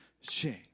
shame